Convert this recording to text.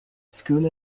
school